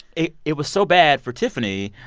it it was so bad for tiffany.